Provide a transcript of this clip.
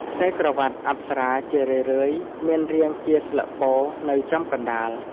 ខ្សែក្រវាត់អប្សរាជារឿយៗមានរាងជាស្លឹកពោធិ៍នៅចំកណ្តាល។